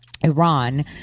Iran